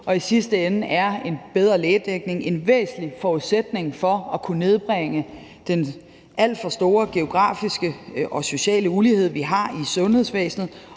Og i sidste ende er en bedre lægedækning en væsentlig forudsætning for at kunne nedbringe den alt for store geografiske og sociale ulighed, vi har i sundhedsvæsenet.